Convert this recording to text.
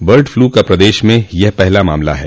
bird flu का प्रदेश में यह पहला मामला है